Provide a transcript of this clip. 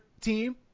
team